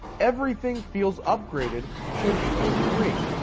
everything feels upgraded to an equal degree.